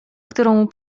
którą